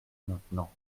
maintenant